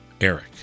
Eric